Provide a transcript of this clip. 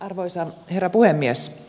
arvoisa herra puhemies